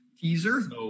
Teaser